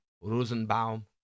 Rosenbaum